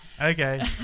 Okay